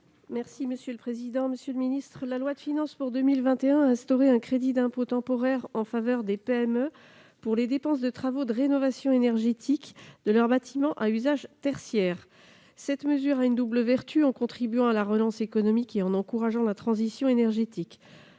parole est à Mme Sylvie Vermeillet. La loi de finances pour 2021 a instauré un crédit d'impôt temporaire en faveur des PME pour les dépenses de travaux de rénovation énergétique de leurs bâtiments à usage tertiaire. Cette mesure a une double vertu, puisqu'elle contribue à la relance économique et encourage la transition énergétique.